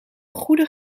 goede